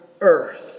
earth